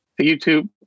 YouTube